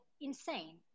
insane